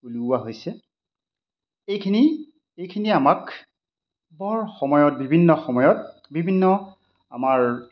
উলিওৱা হৈছে এইখিনি এইখিনি আমাক বৰ সময়ত বিভিন্ন সময়ত বিভিন্ন আমাৰ